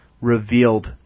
revealed